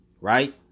right